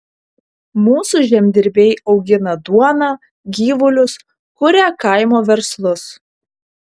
mūsų žemdirbiai augina duoną gyvulius kuria kaimo verslus